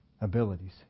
abilities